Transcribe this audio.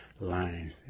lines